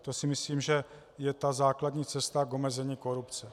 To si myslím, že je základní cesta k omezení korupce.